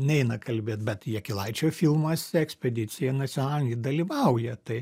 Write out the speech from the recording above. neina kalbėt bet jakilaičio filmuose ekspedicijoj nacionalinėj dalyvauja tai